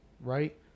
right